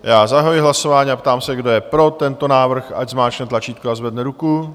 Já zahajuji hlasování a ptám se, kdo je pro tento návrh, ať zmáčkne tlačítko a zvedne ruku.